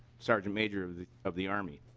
sergeant major of the of the army.